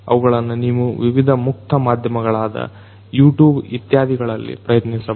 ಅವುಗಳನ್ನ ನೀವು ವಿವಿಧ ಮುಕ್ತ ಮಾಧ್ಯಮಗಳಾದ ಯೂಟ್ಯೂಬ್ ಇತ್ಯಾದಿ ಗಳಲ್ಲಿ ಪ್ರಯತ್ನಿಸಬಹುದು